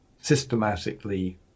systematically